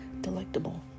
delectable